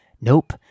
Nope